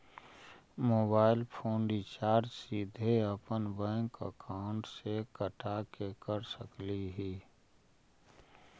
Mobile phone recharge सीधे अपन bank account से कटा के कर सकली ही?